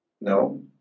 No